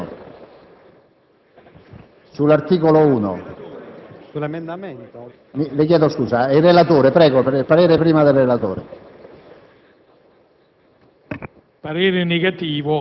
Il parere del Governo